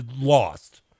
lost